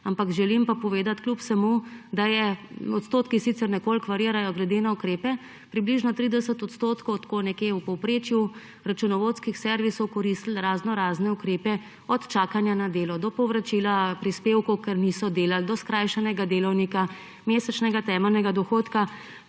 Ampak želim pa kljub vsemu povedati, da je – odstotki sicer nekoliko varirajo glede na ukrepe – približno 30 % odstotkov nekje v povprečju računovodskih servisov koristilo raznorazne ukrepe, od čakanja na delo, do povračila prispevkov, ker niso delali, do skrajšanega delovnika, mesečnega temeljnega dohodka,